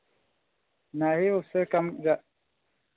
नहीं उससे कम ज़्यादा